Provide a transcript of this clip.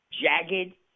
Jagged